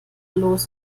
los